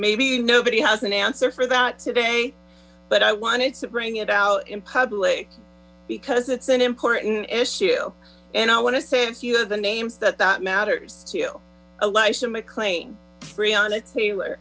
maybe nobody has an answer for that today but i wanted to bring it out in public because it's an important issue and i want to say a few of the names that that matters to election mclane brianna taylor